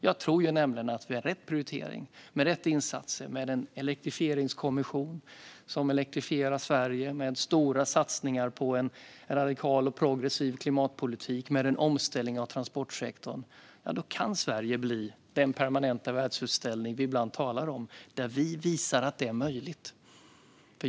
Jag tror nämligen att Sverige med rätt prioritering, med rätt insatser, med en elektrifieringskommission som elektrifierar Sverige, med stora satsningar på en radikal och progressiv klimatpolitik och med en omställning av transportsektorn kan bli den permanenta världsutställning vi ibland talar om, där vi visar att det är möjligt.